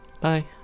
Bye